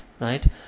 right